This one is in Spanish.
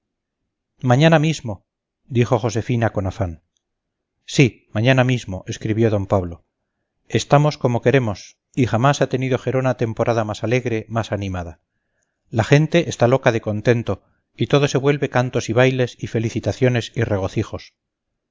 mañana mismo dijo josefina con afán sí mañana mismo escribió d pablo estamos como queremos y jamás ha tenido gerona temporada más alegre más animada la gente está loca de contento y todo se vuelve cantos y bailes y felicitaciones y regocijos